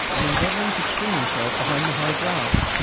and endeavouring to screen himself behind the high grass.